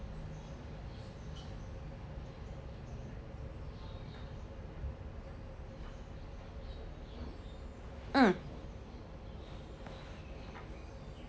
mm